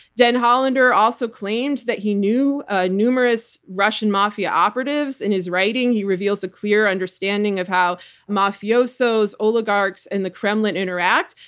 den hollander also claimed that he knew ah numerous russian mafia operatives. in his writing, he reveals a clear understanding of how mafiosos, oligarchs and the kremlin interact.